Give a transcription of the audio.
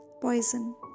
poison